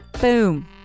boom